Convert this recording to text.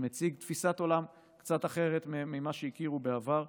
שמציג תפיסת עולם קצת אחרת ממה שהכירו בעבר,